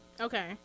Okay